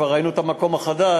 כבר ראינו את המקום החדש,